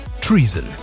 treason